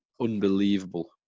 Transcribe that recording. unbelievable